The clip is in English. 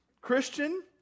Christian